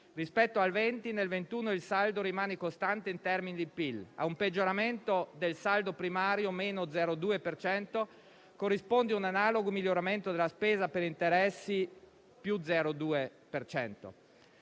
Rispetto al 2020, nel 2021 il saldo rimane costante in termini di PIL: a un peggioramento del saldo primario (meno 0,2 per cento) corrisponde un analogo miglioramento della spesa per interessi (più 0,2